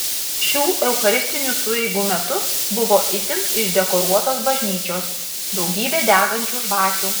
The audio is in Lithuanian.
šių eucharistinių sueigų metu buvo itin išdekoruotos bažnyčios daugybė degančių žvakių